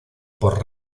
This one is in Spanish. por